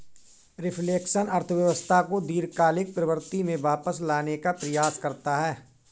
reflection अर्थव्यवस्था को दीर्घकालिक प्रवृत्ति में वापस लाने का प्रयास करता है